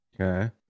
Okay